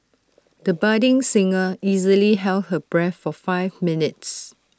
the budding singer easily held her breath for five minutes